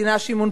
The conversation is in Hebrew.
שמעון פרס,